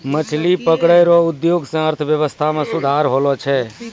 मछली पकड़ै रो उद्योग से अर्थव्यबस्था मे सुधार होलो छै